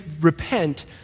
repent